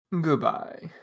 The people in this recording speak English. Goodbye